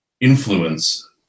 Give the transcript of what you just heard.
influence